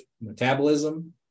metabolism